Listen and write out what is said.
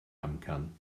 amcan